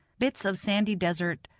bits of sandy desert,